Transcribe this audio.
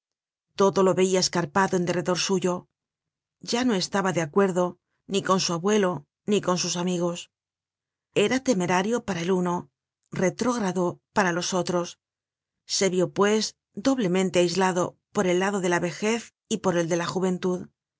todo lo veia escarpado en derredor suyo ya no estaba de acuerdo ni con su abuelo ni con sus amigos era temerario para el uno retrógrado para los otros se vio pues doblemente aislado por el lado de la vejez y por el de la juventud